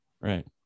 right